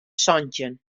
santjin